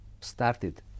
started